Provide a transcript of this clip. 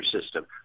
System